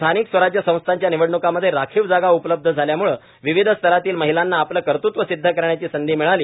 स्थानिक स्वराज्य संस्थांच्या निवडणुकांमध्ये राखीव जागा उपलब्ध झाल्यामुळे विविध स्तरातील महिलांना आपले कर्तत्व सिद्ध करण्याची संधी मिळाली